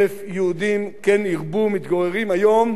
מתגוררים היום ברחבי יהודה ושומרון,